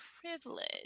privilege